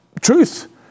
truth